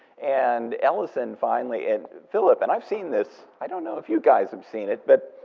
and ellison finally, and philip, and i've seen this. i don't know if you guys have seen it, but